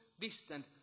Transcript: distant